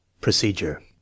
procedure